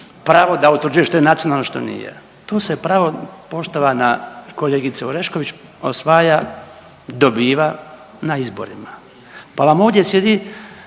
pravo da utvrđuje što je nacionalno, što nije. To se pravo, poštovana kolegice Orešković osvaja, dobiva na izborima pa vam ovdje sjedi